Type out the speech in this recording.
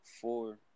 four